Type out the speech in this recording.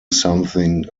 something